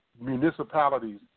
Municipalities